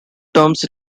terms